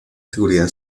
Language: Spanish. seguridad